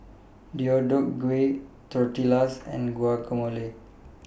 Deodeok Gui Tortillas and Guacamole